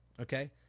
Okay